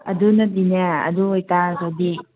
ꯑꯗꯨꯅꯗꯤꯅꯦ ꯑꯗꯨ ꯑꯣꯏꯇꯥꯔꯒꯗꯤ